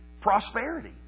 prosperity